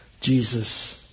Jesus